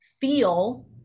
feel